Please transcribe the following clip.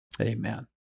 Amen